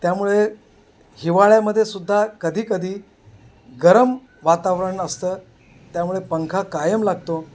त्यामुळे हिवाळ्यामध्ये सुद्धा कधीकधी गरम वातावरण असतं त्यामुळे पंखा कायम लागतो